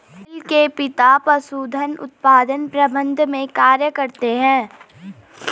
अनील के पिता पशुधन उत्पादन प्रबंधन में कार्य करते है